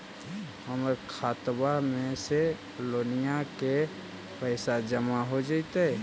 हमर खातबा में से लोनिया के पैसा जामा हो जैतय?